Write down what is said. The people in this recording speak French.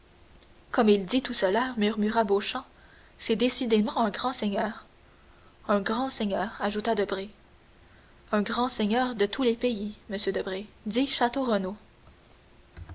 comme il dit tout cela murmura beauchamp c'est décidément un grand seigneur un grand seigneur ajouta debray un grand seigneur de tous les pays monsieur debray dit